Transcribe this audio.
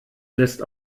lässt